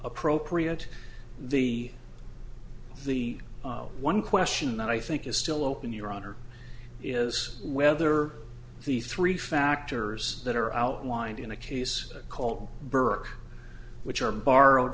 appropriate the the one question that i think is still open your honor is whether the three factors that are outlined in a case call burke which are borrowed